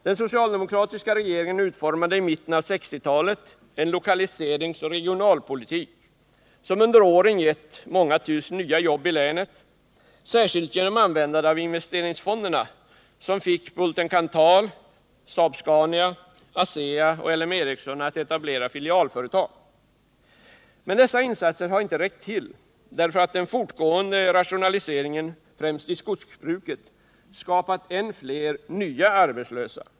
Den socialdemokratiska regeringen utformade i mitten på 1960-talet en lokaliseringsoch regionalpolitik som under åren gett flera tusen nya jobb i länet, särskilt genom användandet av investeringsfonderna som fått Bulten Kanthal, Saab-Scania, ASEA och LM att etablera filialföretag. Men dessa insatser har inte räckt till, därför att den fortgående rationaliseringen, främst i skogsbruket, skapat än fler nya arbetslösa.